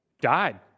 died